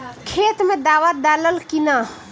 खेत मे दावा दालाल कि न?